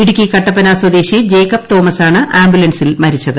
ഇടുക്കി കട്ടപ്പന സ്വദേശി ജേക്കബ് തോമസാണ് ആംബുലൻസിൽ മരിച്ചത്